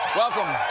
welcome,